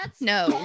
No